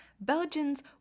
Belgians